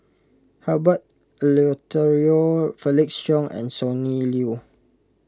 Herbert Eleuterio Felix Cheong and Sonny Liew